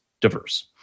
diverse